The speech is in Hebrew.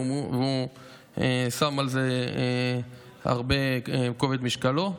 והוא שם על זה הרבה את כובד משקלו.